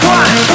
one